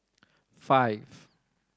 five